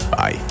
Bye